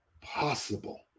possible